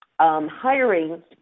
hiring